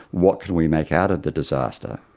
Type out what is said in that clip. what can we make out of the disaster?